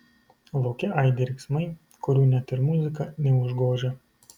lauke aidi riksmai kurių net ir muzika neužgožia